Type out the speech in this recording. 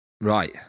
Right